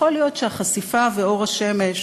יכול להיות שהחשיפה ואור השמש,